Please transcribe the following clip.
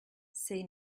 say